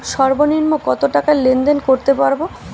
সর্বনিম্ন কত টাকা লেনদেন করতে পারবো?